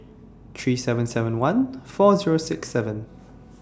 three seven seven one four Zero six seven